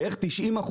בערך 90%,